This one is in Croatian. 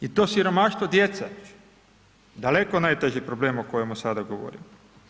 I to siromaštvo djece, daleko najteži problem o kojemu sada govorite.